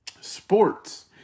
sports